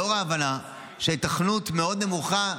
לאור ההבנה שההיתכנות מאוד נמוכה,